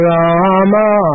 Rama